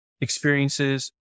experiences